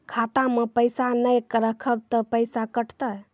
खाता मे पैसा ने रखब ते पैसों कटते?